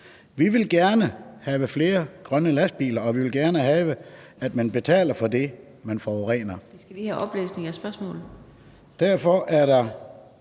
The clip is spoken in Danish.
»Vi vil gerne have flere grønne lastbiler, og vi vil gerne have, at man betaler for det, man forurener.